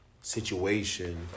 situation